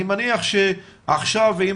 אני מניח שעכשיו עם